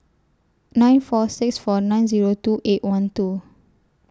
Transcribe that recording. nine four six four nine Zero two eight one two